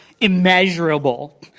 immeasurable